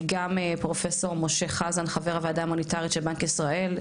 גם פרופסור משה חזן חבר הוועדה המוניטרית של בנק ישראל,